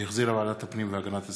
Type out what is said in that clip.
שהחזירה ועדת הפנים והגנת הסביבה,